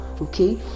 okay